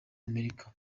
amerika